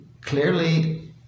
clearly